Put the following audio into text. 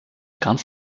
ganz